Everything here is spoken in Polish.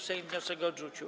Sejm wniosek odrzucił.